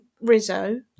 Rizzo